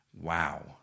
Wow